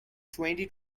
twenty